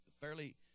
fairly